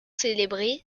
célébrés